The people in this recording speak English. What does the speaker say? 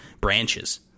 branches